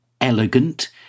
elegant